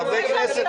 לחברי כנסת